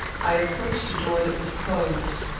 i approached a door that was closed.